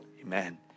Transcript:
Amen